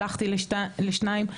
הלכתי לשניים,